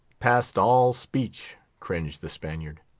past all speech, cringed the spaniard.